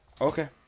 Okay